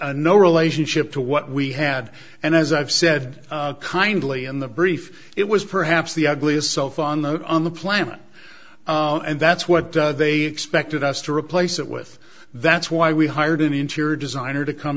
had no relationship to what we had and as i've said kindly in the brief it was perhaps the ugliest self on the on the planet and that's what they expected us to replace it with that's why we hired an interior designer to come